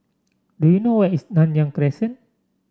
do you know where is Nanyang Crescent